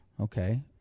okay